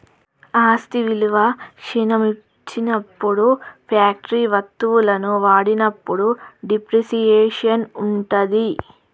ఆస్తి విలువ క్షీణించినప్పుడు ఫ్యాక్టరీ వత్తువులను వాడినప్పుడు డిప్రిసియేషన్ ఉంటది